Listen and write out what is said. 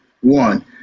One